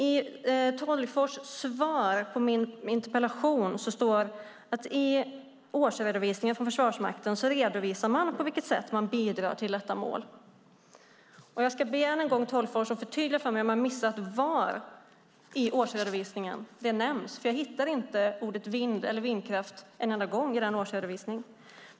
I Sten Tolgfors svar på min interpellation står det att Försvarsmakten i sin årsredovisning redovisar på vilket sätt man bidrar till detta mål. Jag ska än en gång be Sten Tolgfors förtydliga för mig, om jag har missat det, var i årsredovisningen detta nämns, för jag hittar inte ordet "vind" eller "vindkraft" en enda gång.